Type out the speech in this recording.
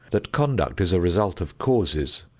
that conduct is a result of causes,